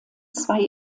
zwei